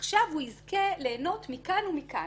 עכשיו הוא יזכה ליהנות מכאן ומכאן.